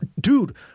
dude